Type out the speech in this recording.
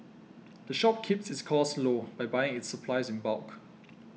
the shop keeps its costs low by buying its supplies in bulk